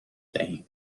دهیم